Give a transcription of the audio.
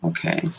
Okay